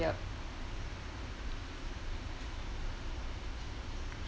yup